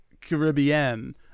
Caribbean